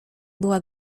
była